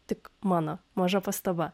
tik mano maža pastaba